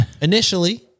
Initially